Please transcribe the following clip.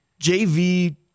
JV